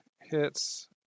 hits